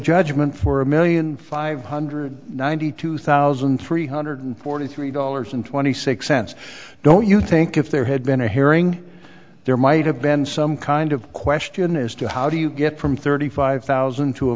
judgment for a million five hundred ninety two thousand three hundred forty three dollars and twenty six cents don't you think if there had been a hearing there might have been some kind of question as to how do you get from thirty five thousand to a